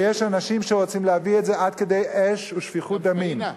ויש אנשים שרוצים להביא את זה עד כדי אש ושפיכות דמים.